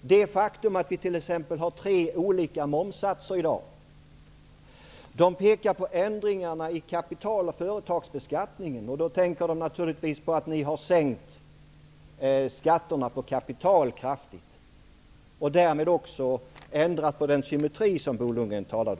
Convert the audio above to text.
det faktum att vi i dag har tre olika momssatser och ändringarna i företags och kapitalbeskattningen -- ni har sänkt skatterna på kapital kraftigt och därmed ändrat på den symmetri som Bo Lundgren talade om.